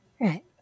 Right